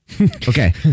Okay